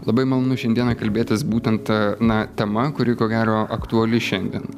labai malonu šiandieną kalbėtis būtent na tema kuri ko gero aktuali šiandien